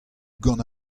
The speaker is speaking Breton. gant